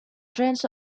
trance